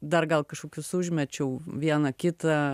dar gal kažkokius užmečiau vieną kitą